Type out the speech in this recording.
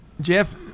jeff